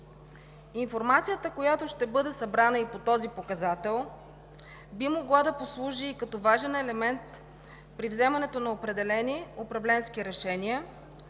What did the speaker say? Информацията, която ще бъде събрана и по този показател, би могла да послужи и като важен елемент при вземането на определени управленски решения